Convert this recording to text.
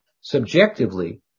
subjectively